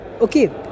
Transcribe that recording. Okay